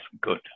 good